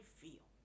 feel